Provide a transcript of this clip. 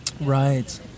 Right